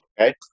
Okay